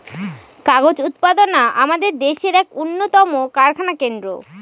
কাগজ উৎপাদনা আমাদের দেশের এক উন্নতম কারখানা কেন্দ্র